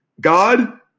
God